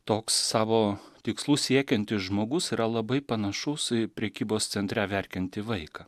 toks savo tikslų siekiantis žmogus yra labai panašus į prekybos centre verkiantį vaiką